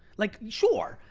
like, sure,